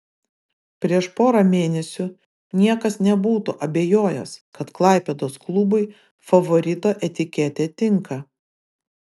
prieš porą mėnesių niekas nebūtų abejojęs kad klaipėdos klubui favorito etiketė tinka